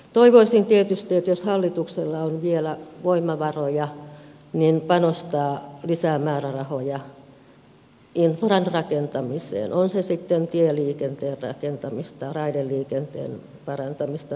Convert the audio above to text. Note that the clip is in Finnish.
toivoisin tietysti että jos hallituksella on vielä voimavaroja niin panostaa lisää määrärahoja infran rakentamiseen on se sitten tieliikenteen rakentamista raideliikenteen parantamista lisärakentamista